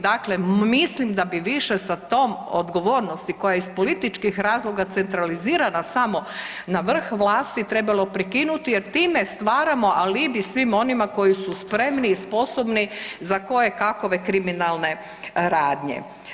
Dakle, mislim da bi više sa tom odgovornosti koja je iz političkih razloga centralizirana samo na vrh vlasti trebalo prekinuti jer time stvaramo alibi svim onima koji su spremni i sposobni za koje kakove kriminalne radnje.